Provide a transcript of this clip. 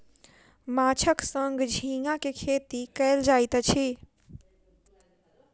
माँछक संग झींगा के खेती कयल जाइत अछि